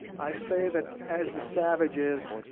i say that as the savage is,